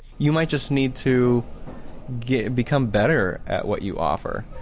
you might just need to get become better at what you offer.